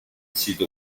sito